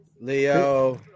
Leo